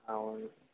అవును